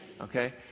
Okay